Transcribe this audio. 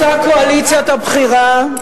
אותה קואליציית הבחירה,